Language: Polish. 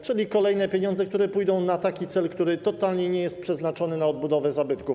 Czyli kolejne pieniądze, które pójdą na taki cel, który totalnie nie jest przeznaczony na odbudowę zabytków.